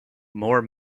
more